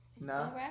No